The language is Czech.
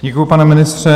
Děkuji, pane ministře.